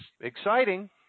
exciting